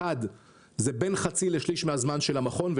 ראשית, זה בין חצי לשליש מן הזמן של המכון.